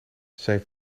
zijn